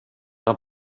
han